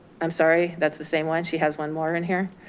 i'm sorry. that's the same one, she has one more in here.